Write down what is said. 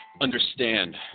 Understand